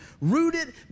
rooted